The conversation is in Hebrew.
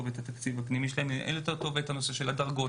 את התקציב הפנימי שלהם ויותר טוב את הנושא של הדרגות,